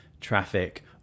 traffic